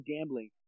gambling